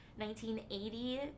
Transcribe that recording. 1980